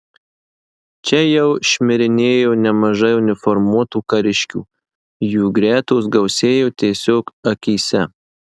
čia jau šmirinėjo nemažai uniformuotų kariškių jų gretos gausėjo tiesiog akyse